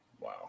Wow